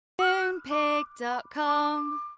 Moonpig.com